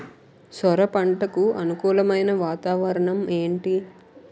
సొర పంటకు అనుకూలమైన వాతావరణం ఏంటి?